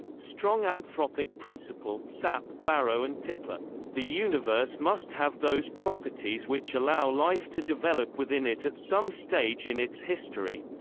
strong anthropic principle barrow and tipler the universe must have those properties which allow life to develop within it at some stage in its history.